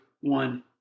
one